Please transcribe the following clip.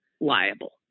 liable